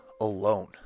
alone